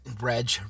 Reg